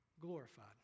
Glorified